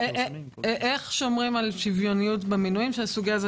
איך שומרים על שוויוניות במינויים הסוגיה הזאת